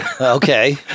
Okay